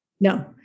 No